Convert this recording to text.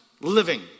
living